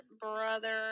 brother